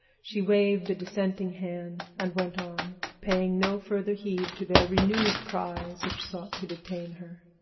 she waved a dissenting hand, and went on, paying no further heed to their renewed cries which sought to detain her.